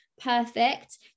perfect